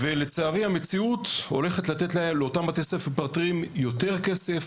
לצערי המציאות הולכת לתת לבתי הספר האלה יותר כסף,